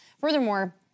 Furthermore